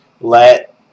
let